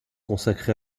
consacré